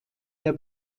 der